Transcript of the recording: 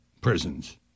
prisons